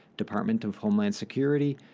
department of homeland security,